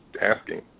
asking